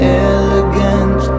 elegant